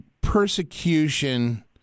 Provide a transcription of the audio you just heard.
persecution